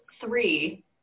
three